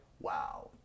wow